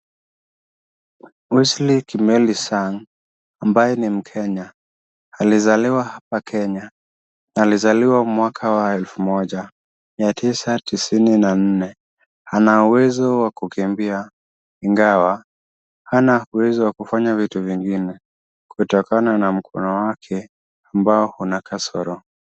Wesley Kimeli Sang ambaye ni mkenya, alizaliwa hapa Kenya, na alizaliwa mwaka wa elfu moja, mia tisa tisini na nne. Ana uwezo wa kukimbia, ingawa hana uwezo wa kufanya vitu vingine kutokana na mkono wake ambao una kasoro.